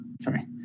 Sorry